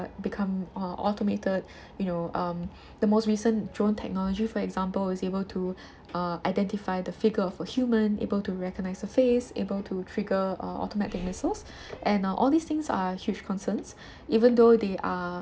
become uh automated you know um the most recent drone technology for example is able to uh identify the figure of a human able to recognize the face able to trigger uh automatic missiles and all these things are huge concerns even though they are